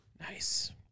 Nice